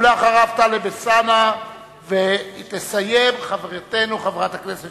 אחריו, חבר הכנסת